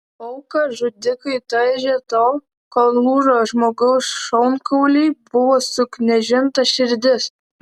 auką žudikai talžė tol kol lūžo žmogaus šonkauliai buvo suknežinta širdis